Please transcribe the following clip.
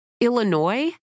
Illinois